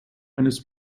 eines